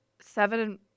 Seven